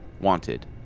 Wanted